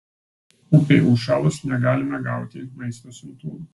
upei užšalus negalime gauti maisto siuntų